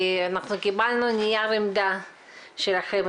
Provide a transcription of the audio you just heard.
אנחנו קיבלנו נייר עמדה שלכם,